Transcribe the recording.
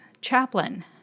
chaplain